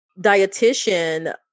dietitian